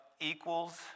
equals